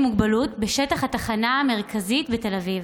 מוגבלות בשטח התחנה המרכזית בתל אביב.